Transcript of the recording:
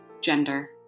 gender